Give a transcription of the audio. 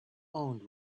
owned